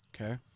Okay